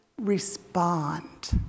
respond